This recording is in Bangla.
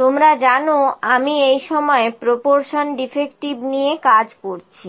তোমরা জানো আমি এই সময় প্রপরশন ডিফেক্টিভ নিয়ে কাজ করছি